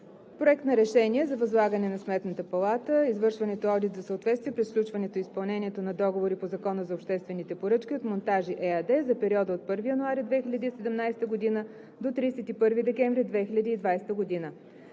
Проекта на решение за възлагане на Сметната палата извършването на одит за съответствие при сключването и изпълнението на договори по Закона за обществените поръчки от „Монтажи“ ЕАД за периода от 1 януари 2017 г. до 31 декември 2020 г.,